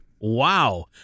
wow